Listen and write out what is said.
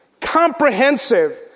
comprehensive